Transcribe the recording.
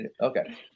okay